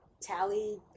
Tally